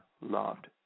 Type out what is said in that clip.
loved